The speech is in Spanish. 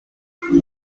charlie